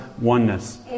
oneness